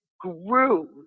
grew